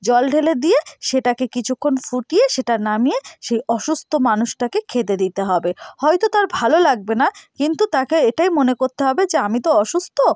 জল ঢেলে দিয়ে সেটাকে কিছুক্ষণ ফুটিয়ে সেটা নামিয়ে সেই অসুস্থ মানুষটাকে খেতে দিতে হবে হয়তো তার ভালো লাগবে না কিন্তু তাকে এটাই মনে করতে হবে যে আমি তো অসুস্থ